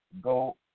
Go